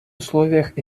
условиях